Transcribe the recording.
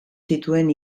zituen